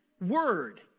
word